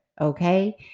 okay